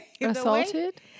assaulted